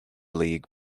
league